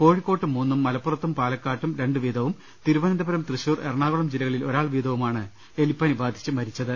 കോഴിക്കോട്ട് മൂന്നും മലപ്പുറത്തും പാലക്കാട്ടും രണ്ടു വീതവും തിരുവനന്തപുരം തൃശൂർ എറണാ കുളം ജില്ലകളിൽ ഒരാൾ വീതവുമാണ് എലിപ്പനി ബാധിച്ച് മരിച്ചത്